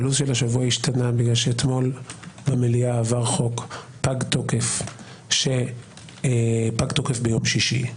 הלו"ז של השבוע השתנה בגלל שאתמול במליאה עבר חוק פג תוקף ביום שישי.